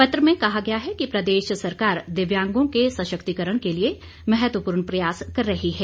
पत्र में कहा गया है कि प्रदेश सरकार दिव्यांगों के सशक्तिकरण के लिए महत्वपूर्ण प्रयास कर रही है